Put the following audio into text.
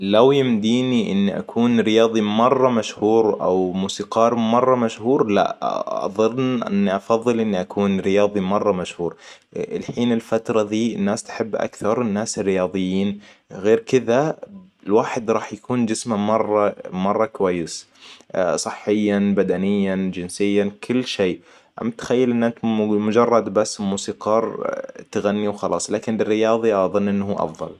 لو يمديني إني أكون رياضي مره مشهور او موسيقار مره مشهور لا اظن اني افضل اني اكون رياضي مرة مشهور. الحين الفترة ذي الناس تحب اكثر الناس الرياضيين غير كذا الواحد راح يكون جسمه مرة مرة كويس. صحياً بدنياً جنسياً كل شي. ام تخيل إنك بمجرد بس موسيقار تغني وخلاص لكن بالرياضي اظن انه افضل